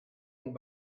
and